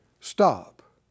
Stop